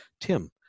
Tim